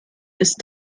ist